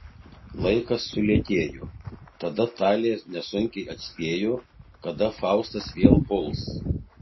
laikas sulėtėjo tad talė nesunkiai atspėjo kada faustas vėl puls